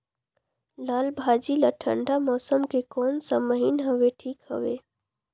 लालभाजी ला ठंडा मौसम के कोन सा महीन हवे ठीक हवे?